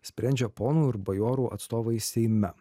sprendžia ponų ir bajorų atstovai seime